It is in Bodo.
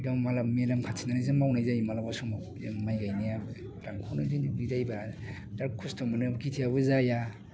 दा मेलेम खाथिनानैसो मावनाय जायो माब्लाबा समाव जों माइ गायनाया बिरादखौनो जोङो दै बा बिराद खस्थ' मोनो खेथियाबो जाया